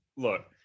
Look